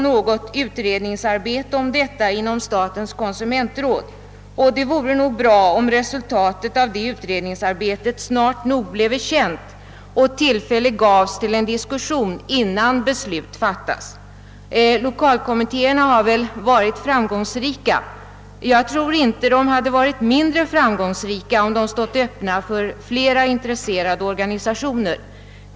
Någon utredning om detta lär pågå inom statens konsumentråd, och det vore bra om resultatet av detta utredningsarbete snart nog bleve känt och tillfälle gavs till en diskussion innan beslut fattas. Lokalkommittéerna har väl varit framgångsrika. Jag tror inte att de skulle ha varit mindre framgångsrika, om de hade stått öppna för flera intresserade organisationer.